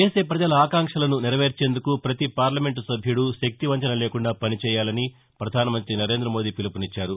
దేశ ప్రజల ఆకాంక్షలను నెరవేర్చేందుకు పతి పార్లమెంటు సభ్యుడు శక్తివంచన లేకుండా పనిచేయాలని ప్రధానమంతి సరేందమోదీ పిలుపునిచ్చారు